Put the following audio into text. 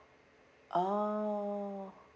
oh